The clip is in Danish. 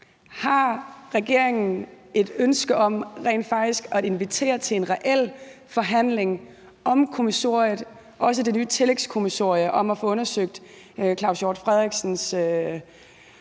Har regeringen et ønske om rent faktisk at invitere til en reel forhandling om kommissoriet, også det nye tillægskommissorie om at få undersøgt Claus Hjort Frederiksens